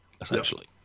essentially